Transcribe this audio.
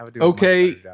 Okay